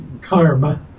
Karma